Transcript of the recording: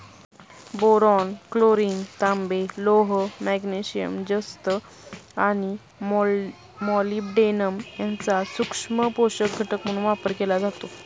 boron, chlorine, तांबे, लोह, magnesium, जस्त आणि मॉलिब्डेनम यांचा सूक्ष्म पोषक घटक म्हणून वापर केला जातो